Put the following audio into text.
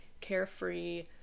carefree